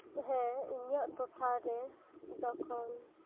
ᱦᱮᱸ ᱤᱧᱟᱹᱜ ᱴᱚᱴᱷᱟ ᱨᱮ ᱡᱚᱛᱚᱠᱷᱚᱱ